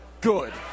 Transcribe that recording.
Good